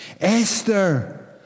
Esther